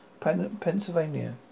Pennsylvania